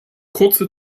kurze